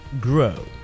grow